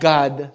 God